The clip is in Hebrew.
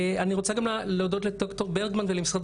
אני רוצה להודות גם לד"ר ברגמן ולמשרד